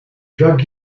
drug